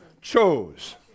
chose